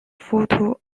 photo